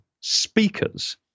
speakers